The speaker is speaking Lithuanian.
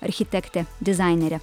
architektė dizainerė